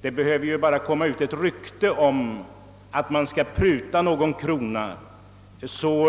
Det behöver bara komma ut ett rykte om att man skall pruta någon krona, så